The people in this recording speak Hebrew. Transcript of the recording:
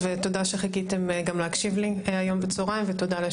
גם בתור אחת שחיה מספר שנים בחו"ל וראתה מה זה להיות